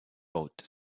bought